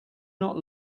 not